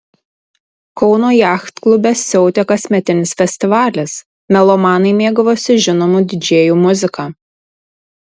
kauno jachtklube siautė kasmetinis festivalis melomanai mėgavosi žinomų didžėjų muzika